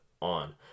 On